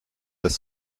des